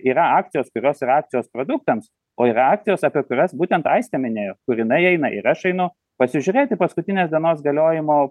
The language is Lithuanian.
yra akcijos kurios yra akcijos produktams o yra akcijos apie kurias būtent aistė minėjo kur jinai eina ir aš einu pasižiūrėti paskutines dienos galiojimo